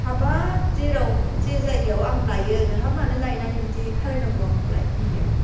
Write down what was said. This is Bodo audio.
हाबाब जेराव जे जायगायाव आं लायो नोंहा मानो लायनानै बिदि खालायनांगौ आंखौलाय होनबाय आं